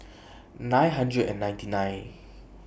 nine hundred and ninety nine